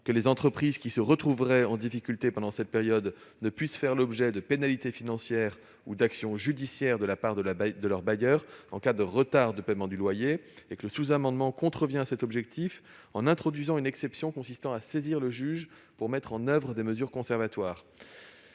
que les entreprises qui se retrouveraient en difficulté pendant cette période ne puissent faire l'objet de pénalités financières ou d'actions judiciaires de la part de leurs bailleurs en cas de retard de paiement du loyer. L'adoption du sous-amendement contreviendrait à cet objectif, en introduisant une exception consistant à saisir le juge pour mettre en oeuvre des mesures conservatoires.